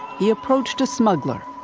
he approached a smuggler.